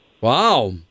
Wow